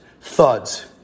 thuds